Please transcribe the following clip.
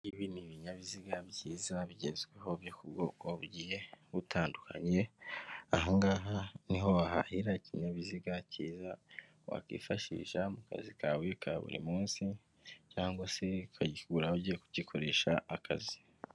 Ibi ni ibinyabiziga byiza bigezweho byo ku bwoko bugiye butandukanye, aha ngaha ni ho wahahira ikinyabiziga cyiza wakwifashisha mu kazi kawe ka buri munsi, cyangwa se ukakigura ugiye kugikoresha akazi.